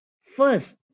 first